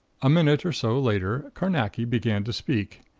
a minute or so later carnacki began to speak,